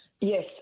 Yes